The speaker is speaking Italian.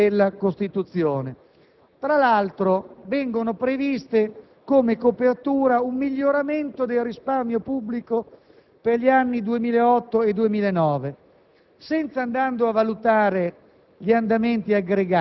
Qui non c'è più il rispetto dell'articolo 81 della Costituzione! Tra l'altro, viene previsto come copertura un miglioramento del risparmio pubblico per gli anni 2008 e 2009